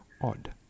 odd